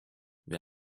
wir